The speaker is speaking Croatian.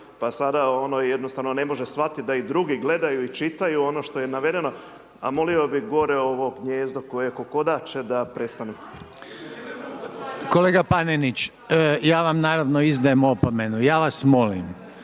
pa sada, ono jednosatno ne može shvatiti da i drugi gledaju i čitaju ono što je navedeno, a molio bi ovo gnijezdo koje kokodače da prestanu. **Reiner, Željko (HDZ)** Kolega Panenić, ja vam naravno izdajem opomenu. Ja vas molim,